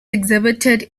exhibited